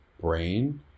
brain